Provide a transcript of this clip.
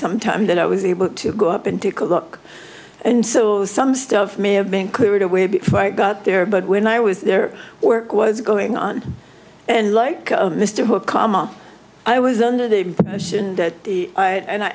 sometime that i was able to go up and take a look and so some stuff may have been cleared away before i got there but when i was there work was going on and like mr comma i was under the impression that the i and i